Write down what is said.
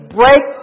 break